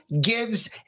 gives